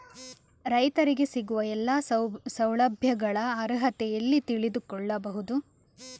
ರೈತರಿಗೆ ಸಿಗುವ ಎಲ್ಲಾ ಸೌಲಭ್ಯಗಳ ಅರ್ಹತೆ ಎಲ್ಲಿ ತಿಳಿದುಕೊಳ್ಳಬಹುದು?